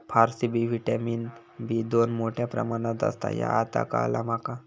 फारसबी vitamin B दोन मोठ्या प्रमाणात असता ह्या आता काळाला माका